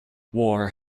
war